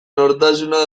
nortasuna